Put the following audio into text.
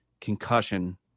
concussion